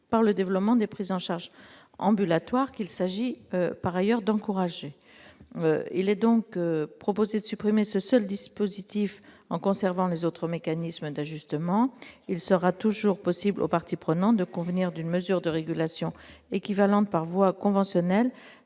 par le développement des prises en charge ambulatoires, qu'il s'agit, par ailleurs, d'encourager. Il est donc proposé de supprimer ce dispositif, en conservant les autres mécanismes d'ajustement prévus par l'article 41. Il sera toujours possible aux parties prenantes de convenir d'une mesure de régulation équivalente par voie conventionnelle.